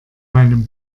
meinem